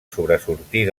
sobresortir